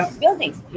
buildings